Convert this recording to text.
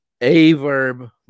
Averb